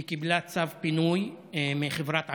היא קיבלה צו פינוי מחברת עמידר.